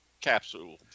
capsule